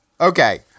Okay